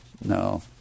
no